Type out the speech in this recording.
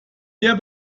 eher